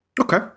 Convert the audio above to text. Okay